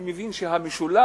אני מבין שהמשולש,